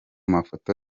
mafoto